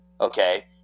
Okay